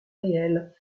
réelles